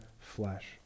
flesh